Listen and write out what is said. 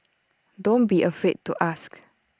don't be afraid to ask